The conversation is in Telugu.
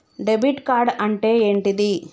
డెబిట్ కార్డ్ అంటే ఏంటిది?